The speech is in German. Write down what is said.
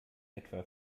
etwa